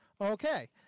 Okay